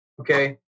Okay